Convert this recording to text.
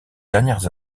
dernières